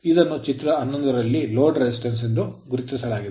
ಇದನ್ನು ಚಿತ್ರ 11 ರಲ್ಲಿ load resistance ಲೋಡ್ ರೆಸಿಸ್ಟೆನ್ಸ್ ಎಂದು ಗುರುತಿಸಲಾಗಿದೆ